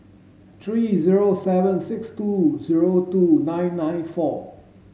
three zero seven six two zero two nine nine four